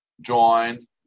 join